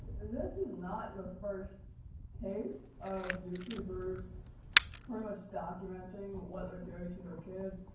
this is not the first case of youtubers pretty much documenting what they're doing to their kids.